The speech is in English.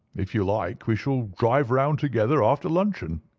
if you like, we shall drive round together after luncheon.